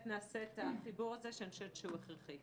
נעשה את החיבור הזה שאני חושבת שהוא הכרחי.